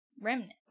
Remnant